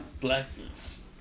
Blackness